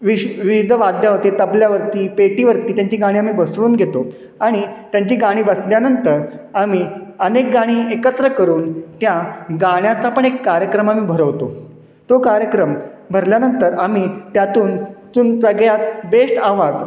wish विविध वाद्यावरती तबल्यावरती पेटीवरती त्यांची गाणी आम्ही बसवून घेतो आणि त्यांची गाणी बसल्यानंतर आम्ही अनेक गाणी एकत्र करून त्या गाण्याचा पण एक कार्यक्रम आम्ही भरवतो तो कार्यक्रम भरल्यानंतर आम्ही त्यातून तुम सगळ्यात बेस्ट आवाज